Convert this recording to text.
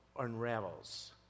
unravels